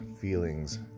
feelings